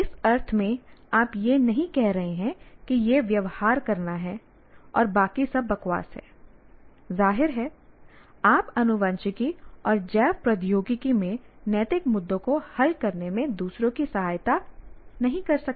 इस अर्थ में आप यह नहीं कह रहे हैं कि यह व्यवहार करना है और बाकी सब बकवास है जाहिर है आप आनुवंशिकी और जैव प्रौद्योगिकी में नैतिक मुद्दों को हल करने में दूसरों की सहायता नहीं कर सकते